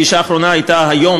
והפגישה האחרונה הייתה היום.